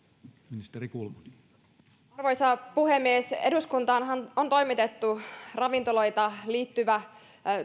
arvoisa puhemies eduskuntaanhan on toimitettu ravintoloihin liittyvä